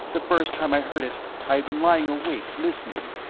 the first time i heard it i had been lying awake listening.